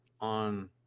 on